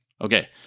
Okay